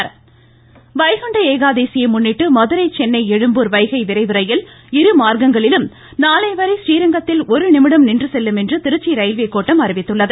ரயில் வைகுண்ட ஏகாதியை முன்னிட்டு மதுரை சென்னை எழும்பூர் வைகை விரைவு ரயில் இரு மார்க்கங்களிலும் நாளை வரை ஸ்ரீரங்கத்தில் ஒரு நிமிடம் நின்று செல்லும் என திருச்சி ரயில்வே கோட்டம் அறிவித்துள்ளது